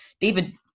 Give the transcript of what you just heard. David